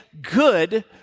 good